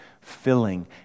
filling